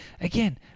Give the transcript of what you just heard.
Again